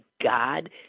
God